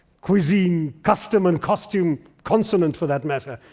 cuisine, custom and costume, consonant, for that matter,